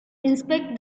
inspect